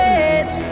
edge